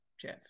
Jeff